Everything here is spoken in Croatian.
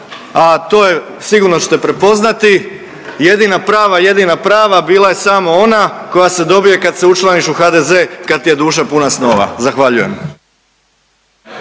a to je sigurno ćete prepoznati jedina prava, jedina prava bila je samo ona koja se dobije kad se učlaniš u HDZ kad ti je duša puna snova. Zahvaljujem.